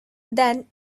than